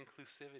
inclusivity